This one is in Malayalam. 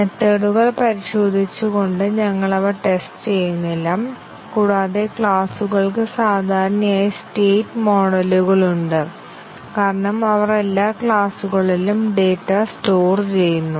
മെത്തേഡുകൾ പരിശോധിച്ചുകൊണ്ട് ഞങ്ങൾ അവ ടെസ്റ്റ് ചെയ്യുന്നില്ല കൂടാതെ ക്ലാസുകൾക്ക് സാധാരണയായി സ്റ്റേറ്റ് മോഡലുകളുണ്ട് കാരണം അവർ എല്ലാ ക്ലാസുകളിലും ഡാറ്റ സ്റ്റോർ ചെയ്യുന്നു